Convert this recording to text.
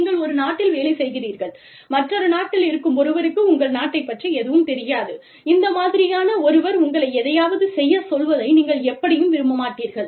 நீங்கள் ஒரு நாட்டில் வேலை செய்கிறீர்கள் மற்றொரு நாட்டில் இருக்கும் ஒருவருக்கு உங்கள் நாட்டை பற்றி எதுவும் தெரியாது இந்த மாதிரியான ஒருவர் உங்களை எதையாவது செய்யச் சொல்வதை நீங்கள் எப்படியும் விரும்பமாட்டீர்கள்